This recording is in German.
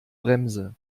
bremse